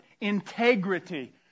Integrity